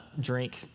drink